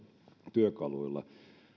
työkaluilla